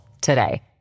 today